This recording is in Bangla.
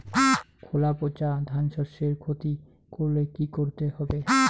খোলা পচা ধানশস্যের ক্ষতি করলে কি করতে হবে?